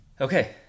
okay